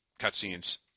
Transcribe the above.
cutscenes